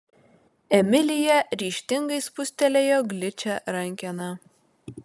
emilija ryžtingai spustelėjo gličią rankeną